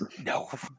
No